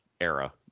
era